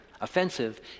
Offensive